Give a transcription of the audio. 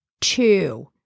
two